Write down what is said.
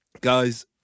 Guys